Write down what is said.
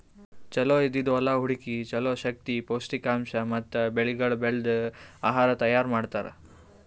ಚಲೋ ಇದ್ದಿದ್ ಹೊಲಾ ಹುಡುಕಿ ಚಲೋ ಶಕ್ತಿ, ಪೌಷ್ಠಿಕಾಂಶ ಮತ್ತ ಬೆಳಿಗೊಳ್ ಬೆಳ್ದು ಆಹಾರ ತೈಯಾರ್ ಮಾಡ್ತಾರ್